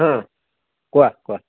অঁ কোৱা কোৱা